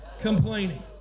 Complaining